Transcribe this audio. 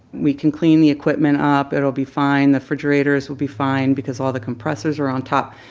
we can clean the equipment up. it'll be fine. the refrigerators will be fine because all the compressors are on top.